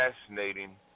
fascinating